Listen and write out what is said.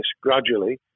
gradually